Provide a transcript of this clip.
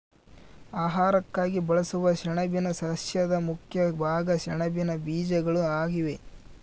ಆಹಾರಕ್ಕಾಗಿ ಬಳಸುವ ಸೆಣಬಿನ ಸಸ್ಯದ ಮುಖ್ಯ ಭಾಗ ಸೆಣಬಿನ ಬೀಜಗಳು ಆಗಿವೆ